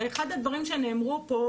אחד הדברים שנאמרו פה,